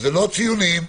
זה לא בגלל ציונים,